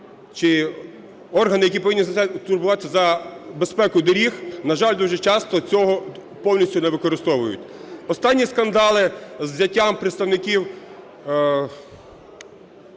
чи органи, які повинні турбуватися за безпеку доріг, на жаль, дуже часто цього повністю не використовують. Останні скандали із взяттям представників